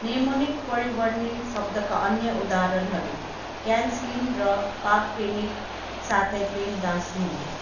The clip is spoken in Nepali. नेमोनिक परिवर्णी शब्दका अन्य उदाहरणहरू क्यान स्लिम र पाभपेनिक साथै पेमदास हुन्